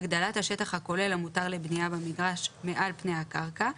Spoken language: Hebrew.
הגדלת השטח הכולל המותר לבנייה במגרש מעל פני הקרקע,